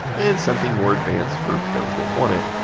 and something more advanced for those that want it.